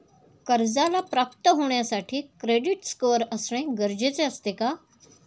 कर्जाला पात्र होण्यासाठी क्रेडिट स्कोअर असणे गरजेचे असते का?